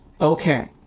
Okay